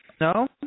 No